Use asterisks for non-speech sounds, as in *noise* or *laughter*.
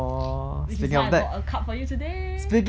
*breath* which is why I brought a cup for you today